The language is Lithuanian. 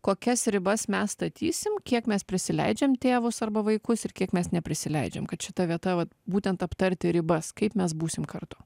kokias ribas mes statysim kiek mes prisileidžiam tėvus arba vaikus ir kiek mes neprisileidžiam kad šita vieta vat būtent aptarti ribas kaip mes būsim kartu